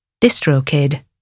DistroKid